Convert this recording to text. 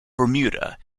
bermuda